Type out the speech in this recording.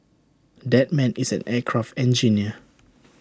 that man is an aircraft engineer